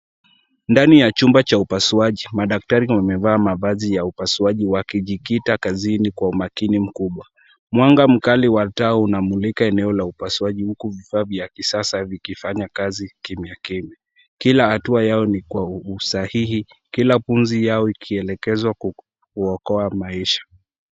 Ndani ya humba cha upasuaji, madaktari wamevaa mavazi ya upasuaji wakijikita kazini kwa umakini mkubwa. Mwanga mkali wa taa unamulika eneo la upasuaji huku vifaa vya kisasa vikifanya kazi kimyakimya. Kila hatua yao ni kwa usahihi kila pumzi yao ikielekezwa kuokoa maisha,